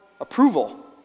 approval